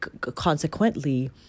consequently